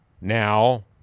Now